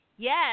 Yes